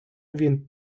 він